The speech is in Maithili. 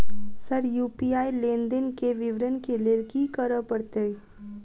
सर यु.पी.आई लेनदेन केँ विवरण केँ लेल की करऽ परतै?